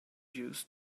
used